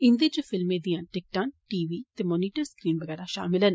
इन्दे च फिल्में दियां टिकटां टी वी ते मोनिटर स्क्रीन बगैहरा षामल ऐ